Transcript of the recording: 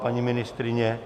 Paní ministryně?